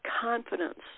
confidence